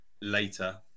later